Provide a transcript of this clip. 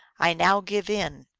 i now give in!